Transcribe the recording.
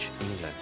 England